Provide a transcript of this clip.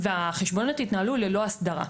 והחשבונות התנהלו ללא אסדרה.